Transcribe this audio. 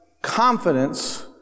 Confidence